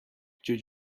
you